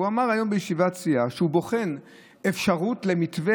הוא אמר היום בישיבת סיעה שהוא בוחן אפשרות למתווה